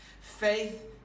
Faith